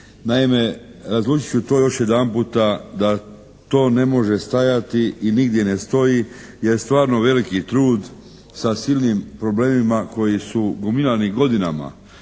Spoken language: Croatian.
Naime, različit ću to još jedanputa da to ne može stajati i nigdje ne stoji jer stvarno veliki trud sa silnim problemima koji su gomilani godinama,